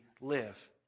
live